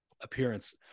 appearance